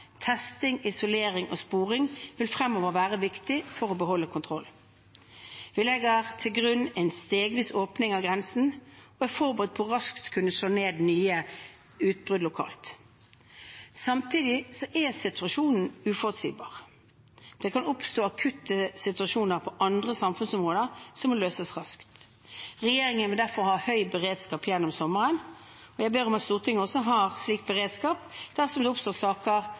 Testing, isolering og sporing vil fremover være viktig for å beholde kontrollen. Vi legger til grunn en stegvis åpning av grensen og er forberedt på raskt å kunne slå ned nye utbrudd lokalt. Samtidig er situasjonen uforutsigbar. Det kan oppstå akutte situasjoner på andre samfunnsområder som må løses raskt. Regjeringen vil derfor ha høy beredskap gjennom sommeren. Jeg ber om at Stortinget også har en slik beredskap, dersom det oppstår saker